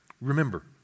remember